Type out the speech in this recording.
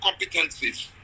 competencies